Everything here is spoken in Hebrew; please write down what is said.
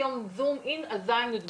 היום שמתי זום אִין על ז' עד י"ב.